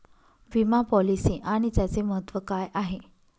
विमा पॉलिसी आणि त्याचे महत्व काय आहे?